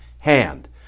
hand